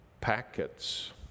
packets